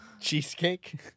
Cheesecake